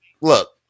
look